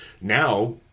Now